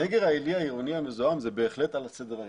הנגר העילי העירוני המזוהם הוא בהחלט על סדר היום.